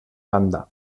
banda